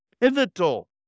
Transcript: pivotal